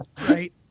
Right